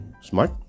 smart